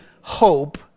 hope